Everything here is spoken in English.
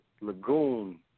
lagoon